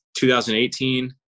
2018